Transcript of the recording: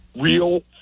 real